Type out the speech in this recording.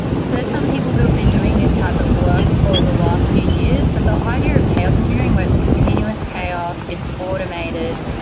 so some people who've been doing this type of work for the last few years, but the idea of chaos engineering where it's continuous chaos, it's automated.